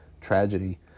tragedy